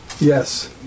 Yes